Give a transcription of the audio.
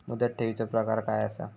मुदत ठेवीचो प्रकार काय असा?